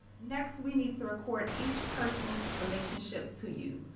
next we need to record each person's relationship to you.